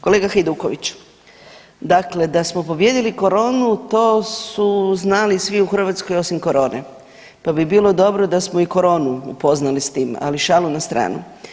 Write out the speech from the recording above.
Kolega Hajduković, dakle da smo pobijedili koronu to su znali svi u Hrvatskoj osim korone, pa bi bilo dobro da smo i koronu upoznali s tim, ali šalu na stranu.